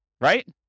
right